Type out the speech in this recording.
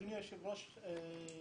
אדוני היושב-ראש,